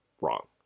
wrong